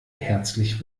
herzlich